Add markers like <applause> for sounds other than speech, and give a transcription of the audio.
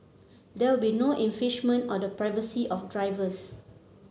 there will be no <unintelligible> on the privacy of drivers